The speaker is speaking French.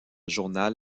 journal